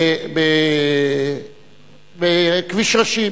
בכביש ראשי,